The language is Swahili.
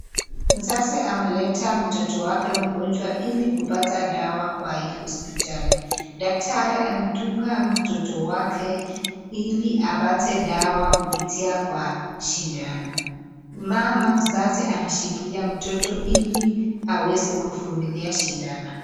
Mzazi ameleta mtoto wake mgonjwa ili kupata dawa kwa hii hospitali. Daktari amedunga mtoto wake ili apate dawa kupitia kwa shindano. Mama anashikilia mtoto wake ili aweze kuvumilia shindano.